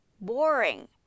Boring